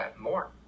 more